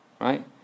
Right